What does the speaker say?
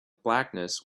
blackness